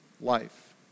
life